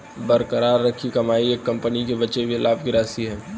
बरकरार रखी गई कमाई एक कंपनी के बचे हुए लाभ की राशि है